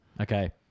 Okay